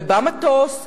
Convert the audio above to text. ובא מטוס,